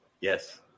Yes